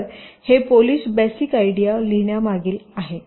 तर हे polish basic idea लिहिण्यामागील आहे